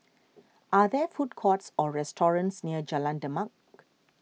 are there food courts or restaurants near Jalan Demak